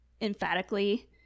emphatically